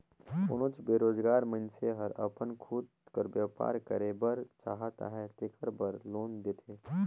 कोनोच बेरोजगार मइनसे हर अपन खुद कर बयपार करे बर चाहत अहे तेकर बर लोन देथे